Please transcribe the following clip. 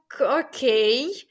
okay